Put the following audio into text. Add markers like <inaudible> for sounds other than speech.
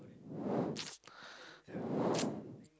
<noise> <breath> <noise> <breath>